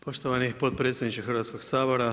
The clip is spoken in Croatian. Poštovani potpredsjedniče Hrvatskoga sabora.